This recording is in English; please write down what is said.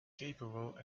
capable